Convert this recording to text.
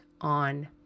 on